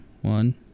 one